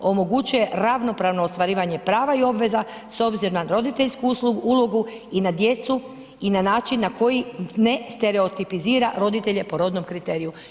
Omogućuje ravnopravno ostvarivanje prava i obveza s obzirom na roditeljsku ulogu i na djecu i na način koji ne stereotipizira roditelje po rodnom kriteriju.